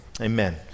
Amen